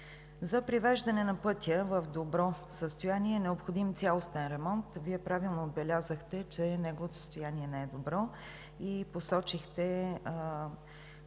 За привеждане на пътя в добро състояние е необходим цялостен ремонт. Вие правилно отбелязахте, че неговото състояние не е добро и посочихте